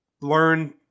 learn